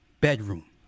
bedroom